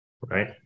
right